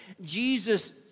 Jesus